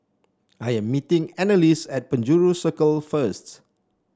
I am meeting Anneliese at Penjuru Circle first